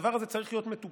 הדבר הזה צריך להיות מטופל,